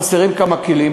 חסרים כמה כלים,